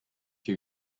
you